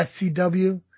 SCW